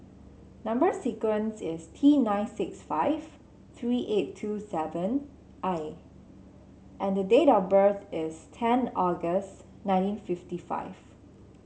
number sequence is T nine six five three eight two seven I and the date of birth is ten August nineteen fifty five